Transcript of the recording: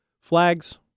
Flags